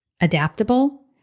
adaptable